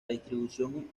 distribución